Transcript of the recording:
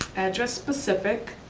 address specific,